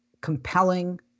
compelling